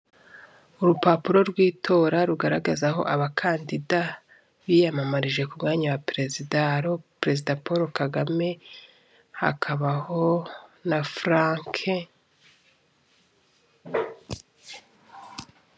Urupapuro rw'itora rugaragaza aho abakandida biyamamarije ku mwanya wa perezida hariho perezida poro kagame hakabaho na furanke.